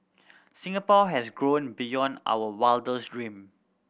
Singapore has grown beyond our wildest dream